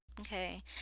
Okay